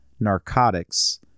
narcotics